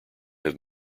have